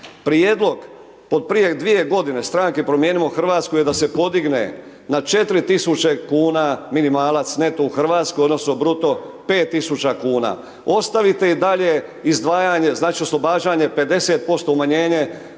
Prijedlog od prije dvije godine stranke Promijenimo Hrvatsku je da se podigne na 4000 kuna minimalac neto u Hrvatskoj odnosno bruto 5000 kuna, ostavite i dalje izdvajanje, znači oslobađanje 50% umanjenje